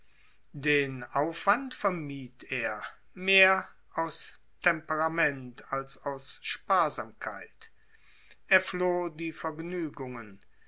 den aufwand vermied er mehr aus temperament als aus sparsamkeit er floh die vergnügungen